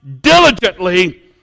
diligently